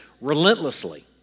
relentlessly